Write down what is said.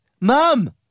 mom